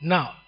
Now